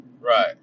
Right